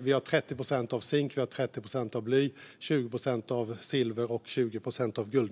Vi har 30 procent av zink, 30 procent av bly, 20 procent av silver och 20 procent av guld.